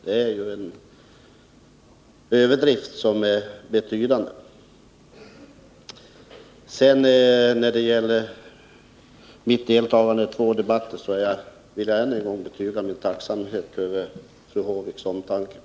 Detta är ju en betydande överdrift. Beträffande mitt deltagande i två debatter vill jag än en gång betyga min tacksamhet för fru Håviks omtanke.